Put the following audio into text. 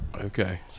Okay